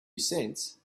cents